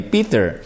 Peter